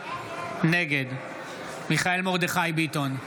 נגד מיכאל מרדכי ביטון,